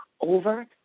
over